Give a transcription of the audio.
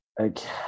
okay